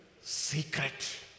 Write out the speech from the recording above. secret